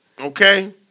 Okay